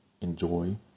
enjoy